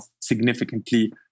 significantly